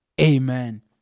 amen